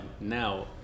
now